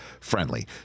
friendly